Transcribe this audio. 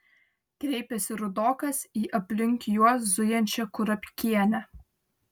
kreipėsi rudokas į aplink juos zujančią kurapkienę